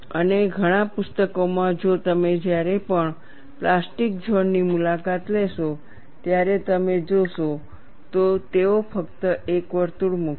અને ઘણા પુસ્તકોમાં જો તમે જ્યારે પણ પ્લાસ્ટિક ઝોન ની મુલાકાત લેશો ત્યારે તમે જોશો તો તેઓ ફક્ત એક વર્તુળ મૂકશે